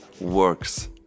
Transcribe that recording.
works